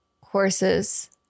courses